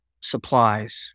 supplies